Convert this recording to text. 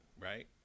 right